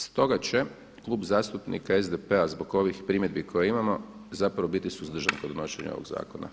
Stoga će Klub zastupnika SDP-a zbog ovih primjedbi koje imamo zapravo biti suzdržan kod donošenja ovog zakona.